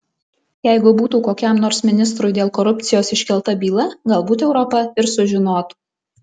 jeigu būtų kokiam nors ministrui dėl korupcijos iškelta byla galbūt europa ir sužinotų